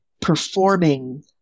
performing